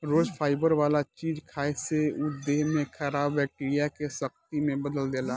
रोज fibre वाला चीज खाए से उ देह में खराब बैक्टीरिया के शक्ति में बदल देला